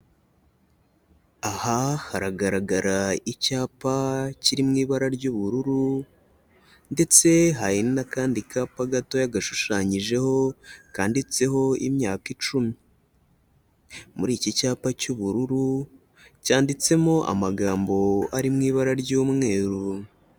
Aha haragaragara icyapa kiri mu ibara ry'ubururu ndetse hari n'akandi kapa gatoya gashushanyijeho, kanditseho imyaka icumi, muri iki cyapa cy'ubururu cyanditsemo amagambo ari mu ibara ry'umweru.